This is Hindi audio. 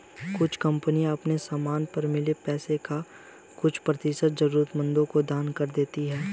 कुछ कंपनियां अपने समान पर मिले पैसे का कुछ प्रतिशत जरूरतमंदों को दान कर देती हैं